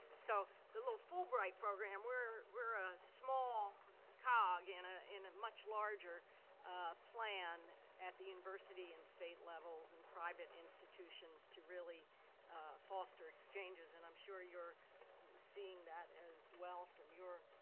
so the little fulbright program, we're we're a small cog and in a much larger plan at the university and state levels and private institutions to really foster exchanges. and i'm sure you're seeing that as well from your